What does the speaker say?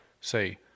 say